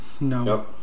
No